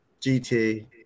gt